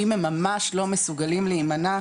אם הם ממש לא מסוגלים להימנע,